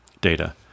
Data